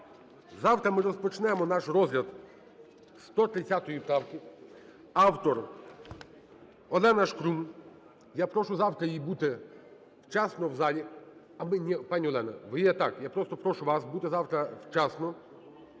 Завтра ми розпочнемо наш розгляд зі 130 правки. Автор – Олена Шкрум. Я прошу завтра їй бути вчасно в залі.